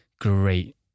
great